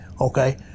okay